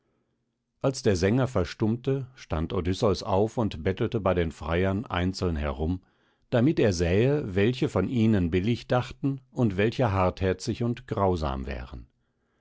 als der sänger verstummte stand odysseus auf und bettelte bei den freiern einzeln herum damit er sähe welche von ihnen billig dachten und welche hartherzig und grausam wären